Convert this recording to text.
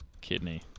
kidney